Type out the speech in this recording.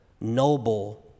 noble